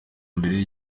mbere